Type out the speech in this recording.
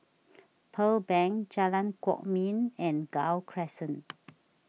Pearl Bank Jalan Kwok Min and Gul Crescent